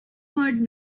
heard